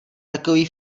takový